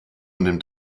nimmt